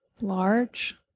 large